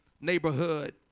neighborhood